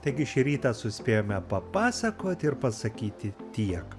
taigi šį rytą suspėjome papasakoti ir pasakyti tiek